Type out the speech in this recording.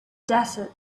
desert